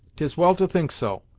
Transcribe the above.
tis well to think so,